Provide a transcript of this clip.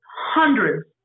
hundreds